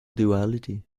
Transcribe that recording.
duality